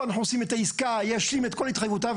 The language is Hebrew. אנחנו עושים את העסקה ישלים את כל התחייבויותיו,